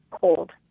cold